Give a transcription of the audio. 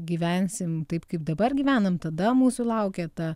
gyvensim taip kaip dabar gyvenam tada mūsų laukia ta